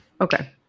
Okay